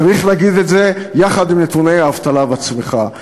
צריך להגיד את זה יחד עם נתוני האבטלה והצריכה.